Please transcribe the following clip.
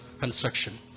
construction